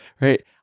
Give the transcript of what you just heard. right